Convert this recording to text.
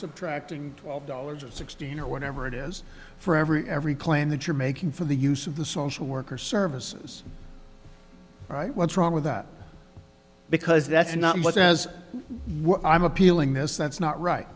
subtracting twelve dollars or sixteen or whatever it is for every every claim that you're making for the use of the social worker services right what's wrong with that because that's not much as what i'm appealing this that's not right